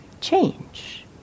change